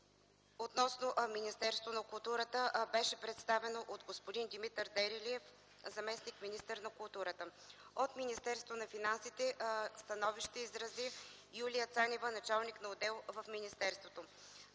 относно Министерството на културата беше представено от господин Димитър Дерелиев - заместник-министър на културата. От Министерството на финансите становище изрази Юлия Цанева – началник на отдел в министерството.